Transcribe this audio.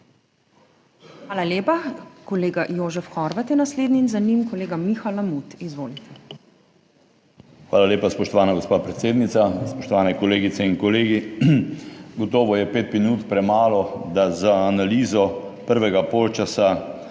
Hvala lepa. Kolega Jožef Horvat je naslednji, za njim kolega Miha Lamut. Izvolite. **JOŽEF HORVAT (PS NSi):** Hvala lepa, spoštovana gospa predsednica. Spoštovani kolegice in kolegi! Gotovo je 5 minut premalo, da za analizo prvega polčasa